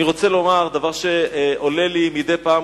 אני רוצה לומר דבר שעולה אצלי מדי פעם